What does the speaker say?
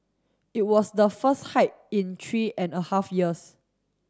it was the first hike in three and a half years